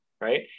right